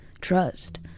trust